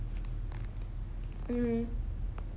mmhmm